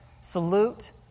salute